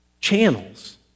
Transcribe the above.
channels